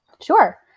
Sure